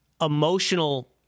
emotional